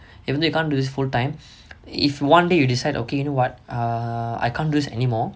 and you can't do this full time if one day you decide okay you know [what] err I can't do this anymore